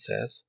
says